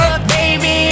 Baby